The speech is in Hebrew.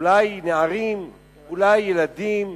אולי נערים, אולי ילדים,